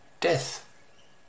death